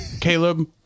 Caleb